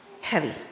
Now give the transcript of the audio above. heavy